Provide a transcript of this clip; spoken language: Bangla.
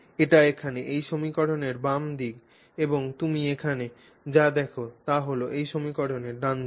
এটি এখানে এই সমীকরণের বাম দিক এবং তুমি এখানে যা দেখ তা এই সমীকরণের ডানদিকে